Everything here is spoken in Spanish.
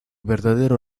verdadero